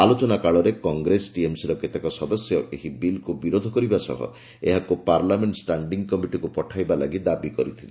ଆଲୋଚନା କାଳରେ କଂଗ୍ରେସ ଟିଏମ୍ସିର କେତେକ ସଦସ୍ୟ ଏହି ବିଲ୍କୁ ବିରୋଧ କରିବା ସହ ଏହାକୁ ପାର୍ଲାମେଣ୍ଟ ଷ୍ଟାଣ୍ଡିଂ କମିଟିକୁ ପଠାଇବା ଲାଗି ଦାବି କରିଥିଲେ